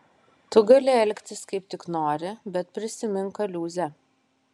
tu gali elgtis kaip tik nori bet prisimink kaliūzę